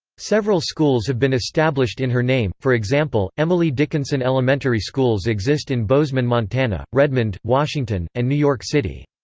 several schools have been established in her name for example, emily dickinson elementary schools exist in bozeman, montana redmond, washington, and new york city.